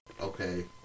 okay